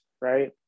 right